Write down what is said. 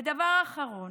ודבר אחרון,